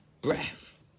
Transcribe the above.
breath